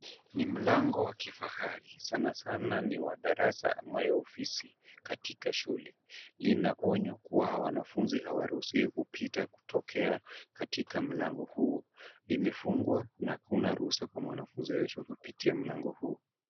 Ni mlango wa kifahari sana sana ni wa darasa ama ya ofisi katika shule. Lina onyo kuwa wanafunzi hawaruhusiwi kupita kutokea katika mlango huo. Limefungwa na hakuna ruhusa kwa mwanafunzi yeyote kupitia mlango huu.